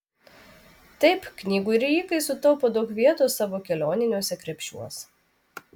taip knygų rijikai sutaupo daug vietos savo kelioniniuose krepšiuos